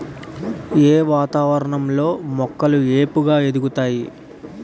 ఏ వాతావరణం లో మొక్కలు ఏపుగ ఎదుగుతాయి?